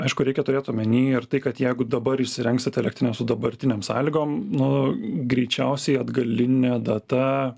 aišku reikia turėt omeny ir tai kad jeigu dabar įsirengsite elektrinę su dabartinėm sąlygom nu greičiausiai atgaline data